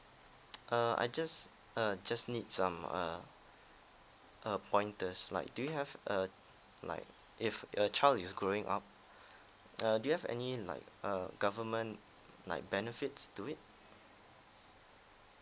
err I just uh just need some uh a pointers like do you have uh like if your child is growing up uh do you have any like uh government like benefits to it